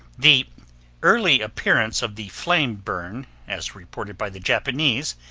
the early appearance of the flame burn as reported by the japanese,